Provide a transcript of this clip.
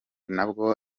nabwo